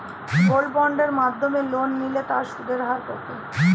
Gold বন্ডের মাধ্যমে loan নিলে তার সুদের হার কত?